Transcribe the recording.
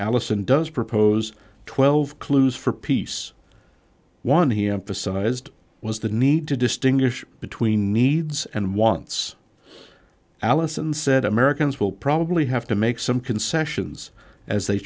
allison does propose twelve clues for peace one he emphasized was the need to distinguish between needs and wants allison said americans will probably have to make some concessions as they